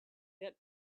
that